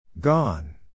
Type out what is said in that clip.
Gone